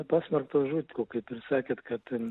pasmerktos žūt ko kaip ir sakėt kad